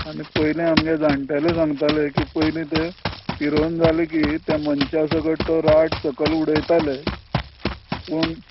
आनी पयलें आमगें जाण्टेलें सांगतालें की पयली ते तो फिरोवन जालें की त्या मनशा सकट तो राट सकयल उडयताले पूण